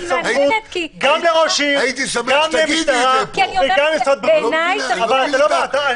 הייתי שמח אם היית אומרת את זה פה.